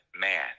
man